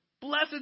Blessed